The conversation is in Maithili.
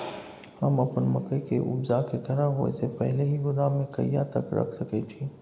हम अपन मकई के उपजा के खराब होय से पहिले ही गोदाम में कहिया तक रख सके छी?